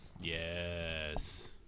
Yes